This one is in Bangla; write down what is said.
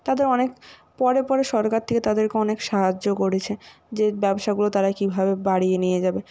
তাদের অনেক পরে পরে সরকার থেকে তাদেরকে অনেক সাহায্যও করেছে যে ব্যবসাগুলো তারা কীভাবে বাড়িয়ে নিয়ে যাবে